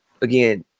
again